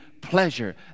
pleasure